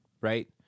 right